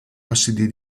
ossidi